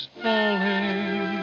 falling